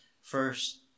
First